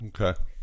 okay